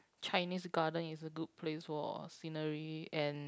Chinese Garden is a good place for scenery and